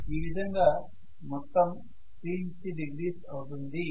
ఈ విధంగా మొత్తం 360 డిగ్రీస్ అవుతుంది